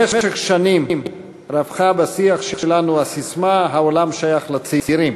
במשך שנים רווחה בשיח שלנו הססמה "העולם שייך לצעירים",